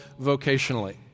vocationally